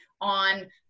on